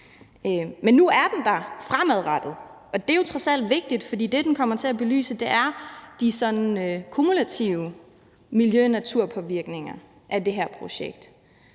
Men nu er den der fremadrettet, og det er jo trods alt vigtigt, for det, den kommer til at belyse, er de kumulative miljø- og naturpåvirkninger af det her projekt.